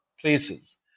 places